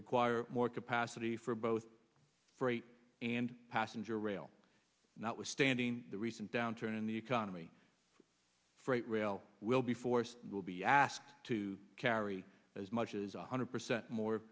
require more capacity for both freight and passenger rail notwithstanding the recent downturn in the economy freight rail will be forced will be asked to carry as much as one hundred percent more